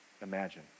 imagine